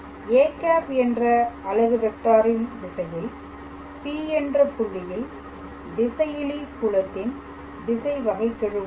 â என்ற அலகு வெக்டாரின் திசையில் P என்ற புள்ளியில் திசையிலி புலத்தின் திசை வகைக்கெழுவாகும்